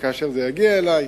וכאשר זה יגיע אלי,